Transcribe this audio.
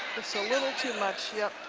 so little too much yep.